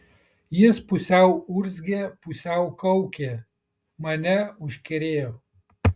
jis pusiau urzgė pusiau kaukė mane užkerėjo